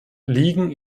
liegen